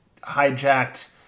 hijacked